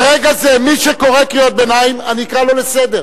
ברגע זה מי שקורא קריאות ביניים אני אקרא לו לסדר.